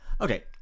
okay